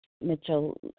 Mitchell